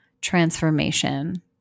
transformation